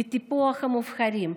לטיפוח המובחרים,